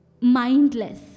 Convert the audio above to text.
mindless